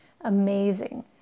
amazing